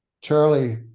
Charlie